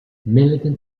militant